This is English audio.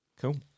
Cool